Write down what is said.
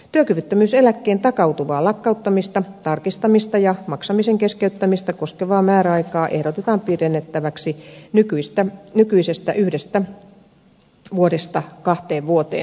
työkyvyttömyyseläkkeen takautuvaa lakkauttamista tarkistamista ja maksamisen keskeyttämistä koskevaa määräaikaa ehdotetaan pidennettäväksi nykyisestä yhdestä vuodesta kahteen vuoteen